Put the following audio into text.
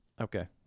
Okay